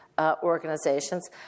organizations